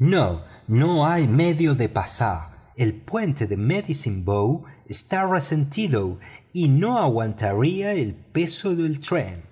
no no hay medio de pasar el puente de medicine bow está resentido y no aguantaría el peso del tren